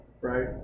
right